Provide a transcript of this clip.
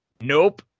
Nope